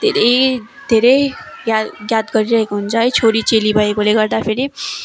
धेरै धेरै याद याद गरिरहेको हुन्छ है छोरी चेली भएकोले गर्दाफेरि